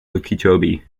okeechobee